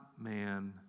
man